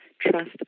Trust